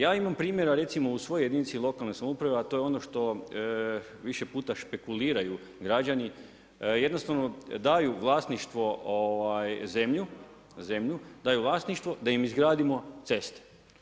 Ja imam primjera recimo u svojoj jedinici lokalne samouprave, a to je ono što više puta špekuliraju građani, jednostavno daju vlasništvu, zemlju daju u vlasništvu da im izgradimo ceste.